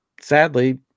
sadly